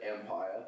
Empire